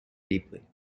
deeply